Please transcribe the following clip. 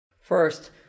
First